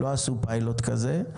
לא עשו פיילוט כזה,